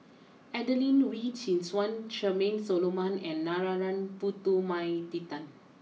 Adelene Wee Chin Suan Charmaine Solomon and Narana Putumaippittan